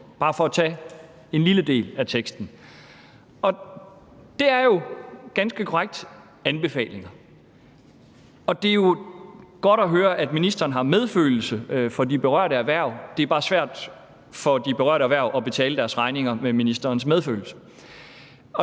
bare for at tage en lille del af teksten. Det er jo ganske korrekt anbefalinger. Og det er godt at høre, at ministeren har medfølelse med de berørte erhverv. Det er bare svært for de berørte erhverv at betale deres regninger med ministerens medfølelse.